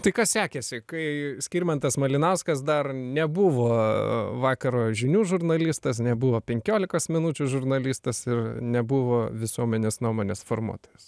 tai kas sekėsi kai skirmantas malinauskas dar nebuvo vakaro žinių žurnalistas nebuvo penkiolikos minučių žurnalistas ir nebuvo visuomenės nuomonės formuotojas